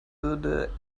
würde